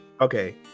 Okay